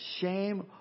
shame